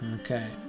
Okay